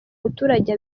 muturage